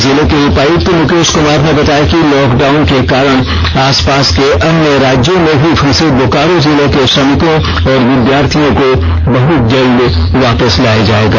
जिले के उपायुक्त मुकेष कुमार ने बताया कि लॉकडाडन के कारण आसपास के अन्य राज्यों में भी फंसे बोकारो जिले के श्रमिकों और विद्यार्थियों को बहत जल्द वापस लाया जाएगा